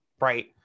Right